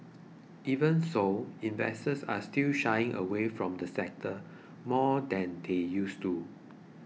even so investors are still shying away from the sector more than they used to